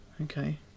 Okay